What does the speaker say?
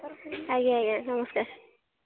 ଆଜ୍ଞା ଆଜ୍ଞା ନମସ୍କାର